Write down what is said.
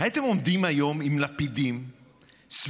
הייתם עומדים היום עם לפידים סביב